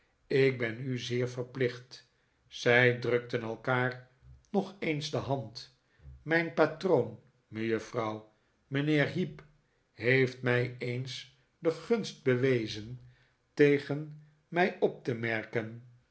ik ben u zeer verplicht zij drukten elkaar nog eens de hand mijn patroon mejuffrouw mijnheer heep heeft mij eens de gunst bewezen tegen mij op te merken